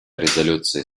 резолюции